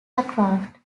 aircraft